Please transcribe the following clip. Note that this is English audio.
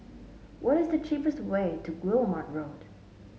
what is the cheapest way to Guillemard Road